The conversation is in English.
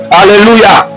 Hallelujah